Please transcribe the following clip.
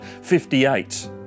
58